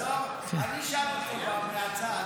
עזוב, אני אשאל אותו כבר מהצד.